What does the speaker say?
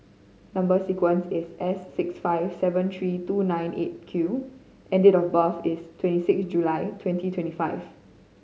number sequence is S six five seven three two nine Eight Q and date of birth is twenty six July twenty twenty five